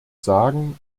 sagen